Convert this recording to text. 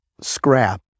scrap